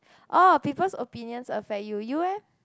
oh people's opinion's affect you you eh